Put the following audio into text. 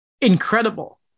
incredible